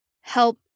help